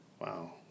Wow